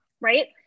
right